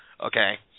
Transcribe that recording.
Okay